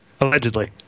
Allegedly